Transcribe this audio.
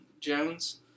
Jones